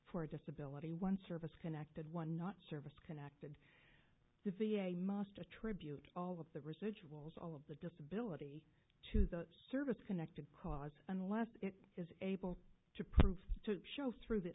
for disability one service connected one not service connected the v a must attribute all of the residuals of the disability to the service connected cause unless it is able to prove to show through th